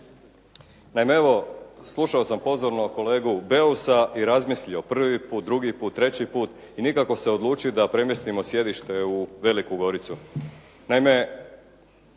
Naime, evo slušao sam pozorno kolegu Beusa i razmislio prvi put, drugi put, treći put i nikako se odlučiti da premjestimo sjedište u Veliku Goricu.